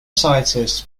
scientists